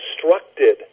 constructed